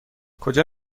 کجا